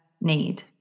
need